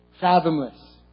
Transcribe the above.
Fathomless